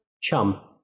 Chum